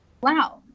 wow